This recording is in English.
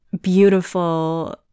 beautiful